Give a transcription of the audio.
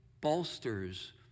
bolsters